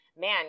man